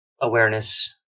awareness